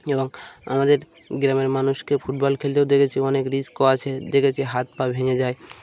এবং আমাদের গ্রামের মানুষকে ফুটবল খেলতেও দেখেছি অনেক রিস্ক আছে দেখেছি হাত পা ভেঙে যায়